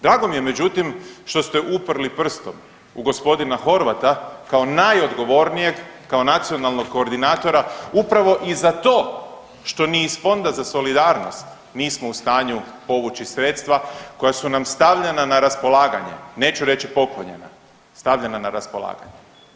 Drago mi je međutim što ste uprli prstom u g. Horvata kao najodgovornijeg kao nacionalnog koordinatora upravo i za to što ni iz Fonda za solidarnost nismo u stanju povući sredstva koja su nam stavljena na raspolaganje, neću reći poklonjena, stavljena na raspolaganje.